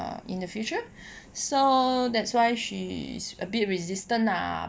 in the future so that's why she's a bit resistant lah